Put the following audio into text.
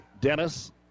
Dennis